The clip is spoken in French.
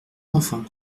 enfants